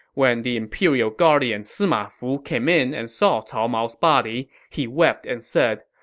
when the imperial guardian sima fu came in and saw cao mao's body, he wept and said,